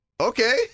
Okay